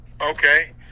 okay